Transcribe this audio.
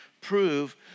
prove